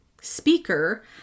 speaker